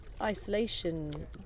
isolation